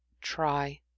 try